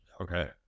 okay